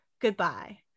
goodbye